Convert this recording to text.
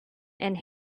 and